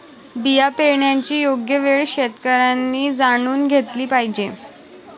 बिया पेरण्याची योग्य वेळ शेतकऱ्यांनी जाणून घेतली पाहिजे